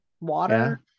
water